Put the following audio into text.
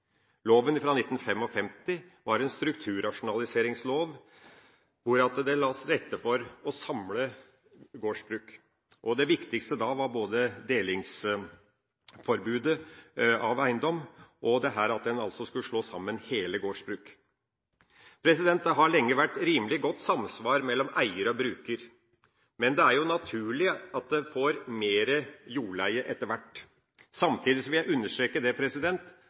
Loven fra 1955 var en strukturrasjonaliseringslov, der det ble lagt til rette for å samle gårdsbruk. Det viktigste da var både delingsforbudet av eiendom og at en skulle slå sammen hele gårdsbruk. Det har lenge vært rimelig godt samsvar mellom eier og bruker. Men det er naturlig at en får mer jordleie etter hvert. Samtidig vil jeg understreke at det